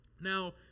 Now